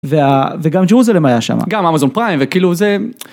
וגם ג'רוזלם היה שם גם אמאזון פריים וכאילו זה